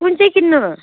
कुन चाहिँ किन्नु